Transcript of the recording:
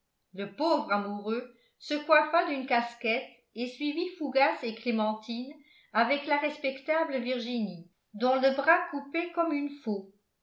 le pauvre amoureux se coiffa d'une casquette et suivit fougas et clémentine avec la respectable virginie dont le bras coupait comme une faux